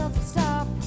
Stop